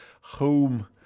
home